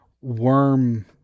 Worm